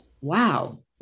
wow